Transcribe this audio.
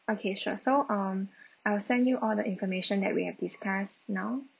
okay sure so um I'll send you all the information that we have discussed now